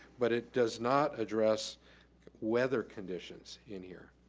but it does not address weather conditions in here.